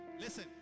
Listen